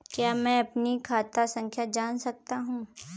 क्या मैं अपनी खाता संख्या जान सकता हूँ?